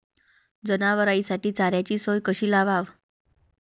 जनावराइसाठी चाऱ्याची सोय कशी लावाव?